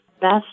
best